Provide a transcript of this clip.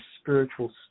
Spiritual